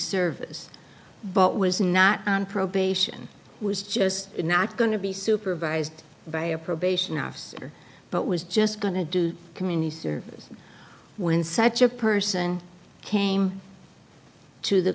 service but was not on probation was just not going to be supervised by a probation officer but was just going to do community service when such a person came to the